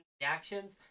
reactions